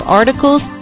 articles